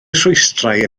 rhwystrau